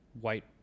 white